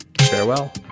farewell